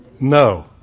No